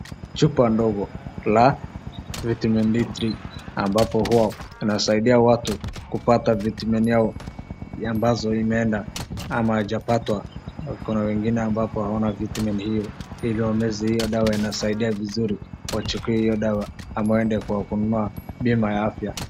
Chupa ndogo ya vitamini DT ambapo huwa inasaidia watu kupata vitamIni yao ambazo imeanza ama ijapatwa . Kuna wengine ambapo vitamini hiyo iliyomzwi hiyo dawa inasaidia vizuri wachukue hiyo dawa ama waende wakanunue bima ya afya.